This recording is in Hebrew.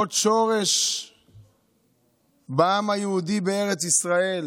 עוד שורש בעם היהודי בארץ ישראל.